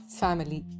family